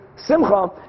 Simcha